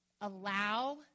allow